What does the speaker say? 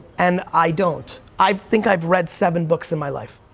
and i don't, i think i read seven books in my life,